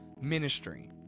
ministry